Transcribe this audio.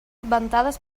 ventades